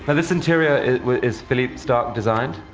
but this interior is philippe starcke designed?